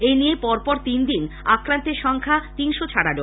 এই নিয়ে পর পর তিনদিন আক্রান্তের সংখ্যা তিনশ ছাড়ালো